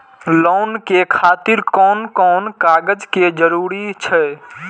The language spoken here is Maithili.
लोन के खातिर कोन कोन कागज के जरूरी छै?